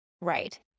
Right